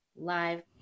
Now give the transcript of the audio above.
Live